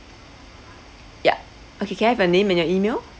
ya okay can I have your name and your email